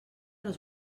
los